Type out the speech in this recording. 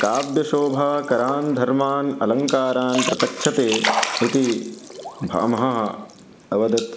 काव्यशोभा करान् धर्मान् अलङ्कारान् प्रचक्षते इति भामह अवदत्